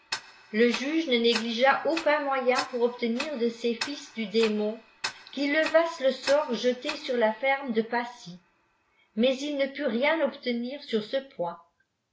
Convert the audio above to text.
je juge ne négligea aucun moyen pour obtenir de ces flls du démon qu'ils levassent le sort jeté sur la ferme de pacy mais il ne put rien obtenir sur ce point